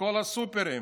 בכל הסופרים,